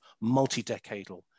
multi-decadal